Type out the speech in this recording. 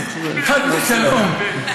חס ושלום.